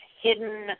hidden